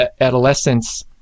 adolescence